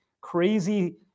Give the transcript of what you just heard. crazy